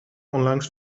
onlangs